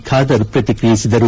ಖಾದರ್ ಪ್ರತಿಕ್ರಿಯಿಸಿದರು